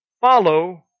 follow